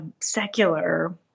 secular